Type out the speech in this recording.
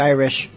Irish